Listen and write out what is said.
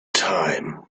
time